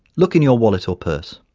look in your wallet or purse.